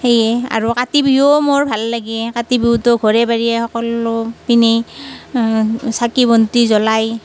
সেইয়ে আৰু কাতি বিহুও মোৰ ভাল লাগে কাতি বিহুটো ঘৰ বাৰীয়ে সকলো পিনে চাকি বন্তি জ্বলায়